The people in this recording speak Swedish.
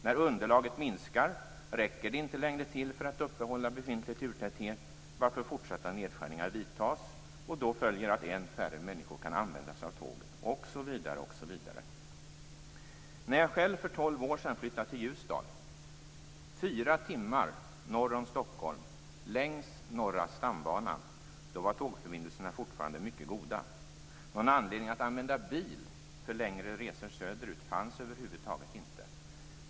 När underlaget minskar räcker det inte längre till för att upprätthålla befintlig turtäthet, varför nedskärningar vidtas. Därav följer att än färre människor kan använda sig av tåget, osv. När jag själv för tolv år sedan flyttade till Ljusdal, 4 timmar norr om Stockholm längs Norra stambanan, var tågförbindelserna fortfarande mycket goda. Någon anledning att använda bil för längre resor söderut fanns över huvud taget inte.